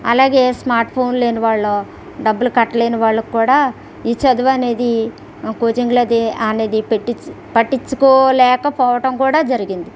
అలాగే స్మార్ట్ఫోన్ లేని వాళ్ళ డబ్బులు కట్టలేని వాళ్ళకి కూడా ఈ చదువు అనేది కోచింగ్లకే అనేది పెట్టించి పట్టించుకోలేకపోవటం కూడా జరిగింది